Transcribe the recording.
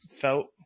felt